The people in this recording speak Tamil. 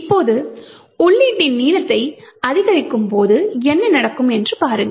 இப்போது உள்ளீட்டின் நீளத்தை அதிகரிக்கும்போது என்ன நடக்கும் என்று பாருங்கள்